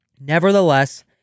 Nevertheless